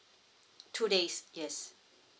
two days yes